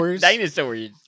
Dinosaurs